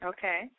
Okay